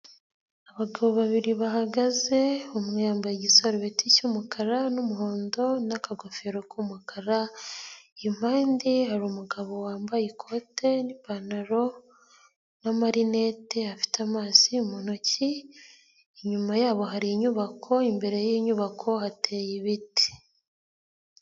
Abagabo babiri bahagaze, umwe yambaye igisarubeti cy'umukara n'umuhondo n'akagofero k'umukara, impande hari umugabo wambaye ikote n'ipantaro n'amarinete, afite amazi mu ntoki, inyuma yabo hari inyubako, imbere y'inyubako hateye ibiti.